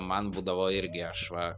man būdavo irgi aš va